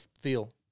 feel